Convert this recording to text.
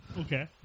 Okay